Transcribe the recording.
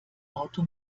auto